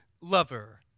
lover